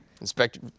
Inspector